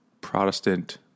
Protestant